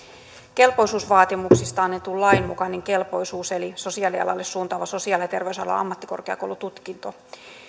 kelpoisuusvaatimuksista annetun lain mukainen kelpoisuus eli sosiaalialalle suuntaava sosiaali ja terveysalan ammattikorkeakoulututkinto